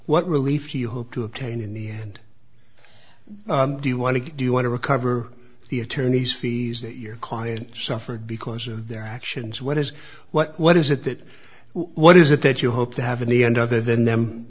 what relief you hope to obtain in the end do you want to do you want to recover the attorneys fees that your client suffered because of their actions what is what what is it that what is it that you hope to have an e and other than them